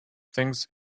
things